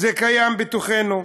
זה קיים בתוכנו.